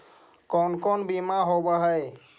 कोन कोन बिमा होवय है?